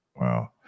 Wow